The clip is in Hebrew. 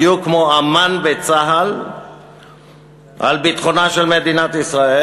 בדיוק כמו אמ"ן בצה"ל על ביטחונה של מדינת ישראל,